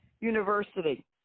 University